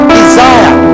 desire